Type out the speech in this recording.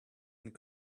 and